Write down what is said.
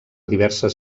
diverses